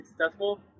successful